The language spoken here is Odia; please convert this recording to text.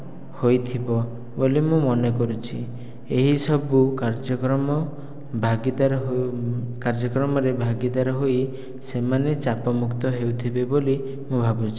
ହୋଇଥିବ ବୋଲି ମୁ ମନେ କରୁଛି ଏହିସବୁ କାର୍ଯ୍ୟକ୍ରମ ଭାଗିଦାର କାର୍ଯ୍ୟକ୍ରମରେ ଭାଗିଦାର ହୋଇ ସେମାନେ ଚାପମୁକ୍ତ ହେଉଥିବେ ବୋଲି ମୁଁ ଭାବୁଛି